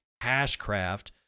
Hashcraft